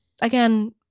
Again